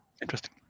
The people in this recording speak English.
interesting